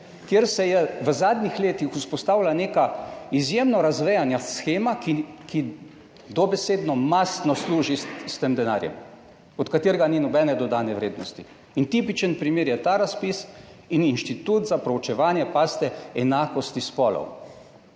kjer se je v zadnjih letih vzpostavila neka izjemno razvejana shema, ki dobesedno mastno služi s tem denarjem, od katerega ni nobene dodane vrednosti in tipičen primer je ta razpis in inštitut za preučevanje, pazite enakosti spolov.